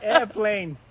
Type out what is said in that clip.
Airplane